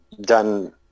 done